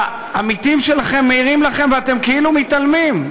העמיתים שלכם מעירים לכם, ואתם כאילו מתעלמים.